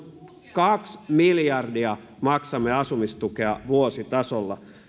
kaksi miljardia maksamme asumistukea vuositasolla